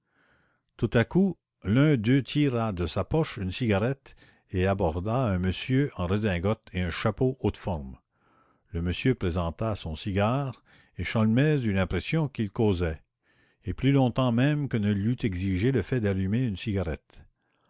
tout à coup l'un d'eux tira de sa poche une cigarette et aborda un monsieur en redingote et en chapeau haut de forme le monsieur présenta son cigare et sholmès eut l'impression qu'ils causaient et plus longtemps même que ne l'eut exigé le fait d'allumer une cigarette